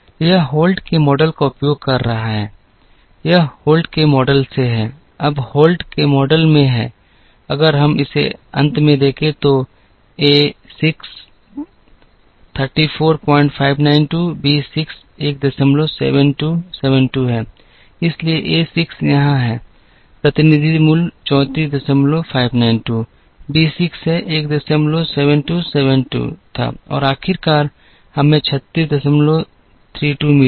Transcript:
यह Holt के model का उपयोग कर रहा है यह Holt के मॉडल से है अब Holt के मॉडल में है अगर हम इसे अंत में देखें तो एक 6 34592 b 6 17272 है इसलिए एक 6 यहाँ है प्रतिनिधि मूल्य 34592 b 6 है 17272 था और आखिरकार हमें 3632 मिला